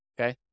Okay